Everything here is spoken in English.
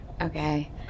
Okay